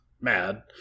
mad